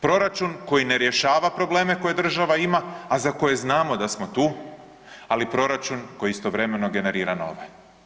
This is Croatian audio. Proračun koji ne rješava probleme koje država ima, a za koje znamo da smo tu, ali proračun koji istovremeno generira nove.